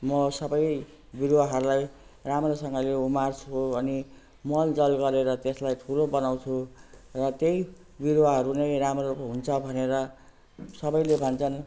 म सबै बिरुवाहरूलाई राम्रोसँगले उमार्छु अनि मलजल गरेर त्यसलाई ठुलो बनाउँछु र त्यही बिरुवाहरू नै राम्रो हुन्छ भनेर सबैले भन्छन्